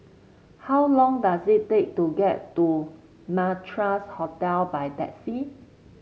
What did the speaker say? how long does it take to get to Madras Hotel by taxi